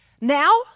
now